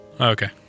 Okay